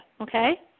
okay